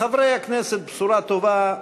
חברי הכנסת, בשורה טובה,